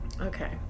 Okay